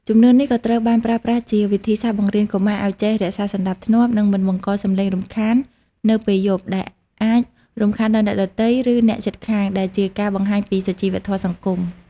ជំនឿនេះក៏ត្រូវបានប្រើប្រាស់ជាវិធីសាស្ត្របង្រៀនកុមារឲ្យចេះ រក្សាសណ្ដាប់ធ្នាប់ និងមិនបង្កសំឡេងរំខាននៅពេលយប់ដែលអាចរំខានដល់អ្នកដទៃ ឬអ្នកជិតខាង ដែលជាការបង្ហាញពីសុជីវធម៌សង្គម។